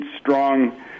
strong